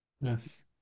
Yes